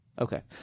Okay